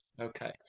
okay